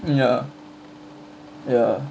ya ya